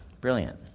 brilliant